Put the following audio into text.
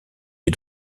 des